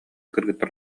кыргыттар